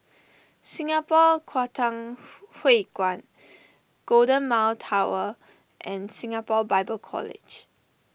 Singapore Kwangtung Hui Kuan Golden Mile Tower and Singapore Bible College